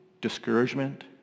discouragement